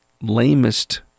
lamest